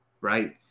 right